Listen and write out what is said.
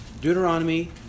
Deuteronomy